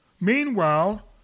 meanwhile